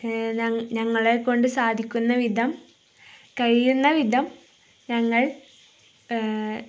ഞങ്ങളെക്കൊണ്ടു സാധിക്കുന്ന വിധം കഴിയുന്ന വിധം ഞങ്ങൾ